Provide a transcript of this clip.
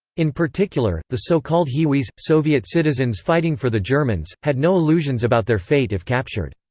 in particular, the so-called hiwis, soviet citizens fighting for the germans, had no illusions about their fate if captured.